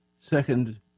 second